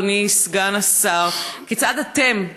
אדוני סגן השר: כיצד אתם,